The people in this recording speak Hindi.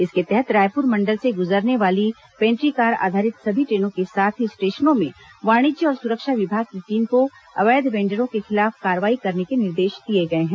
इसके तहत रायपुर मंडल से गुजरने वाली पेंट्रीकार आधारित सभी ट्रेनों के साथ ही स्टेशनों में वाणिज्य और सुरक्षा विभाग की टीम को अवैध वेंडरों के खिलाफ कार्रवाई करने के निर्देश दिए गए हैं